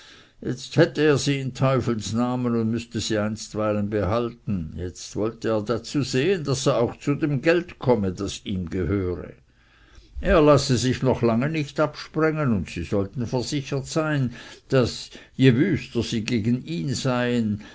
jetzt hätte er sie ins teufels namen und müßte sie einstweilen behalten jetzt wolle er dazu sehen daß er auch zu dem geld komme das ihm gehöre er lasse sich noch lange nicht absprengen und sie sollten versichert sein daß je wüster sie gegen ihn seien